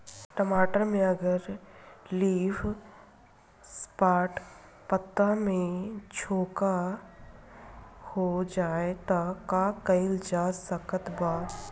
टमाटर में अगर लीफ स्पॉट पता में झोंका हो जाएँ त का कइल जा सकत बा?